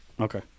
Okay